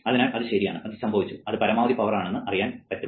അതിനാൽ അത് ശരിയാണ് അത് സംഭവിച്ചു അത് പരമാവധി ആണെന്ന് അറിയാൻ പറ്റും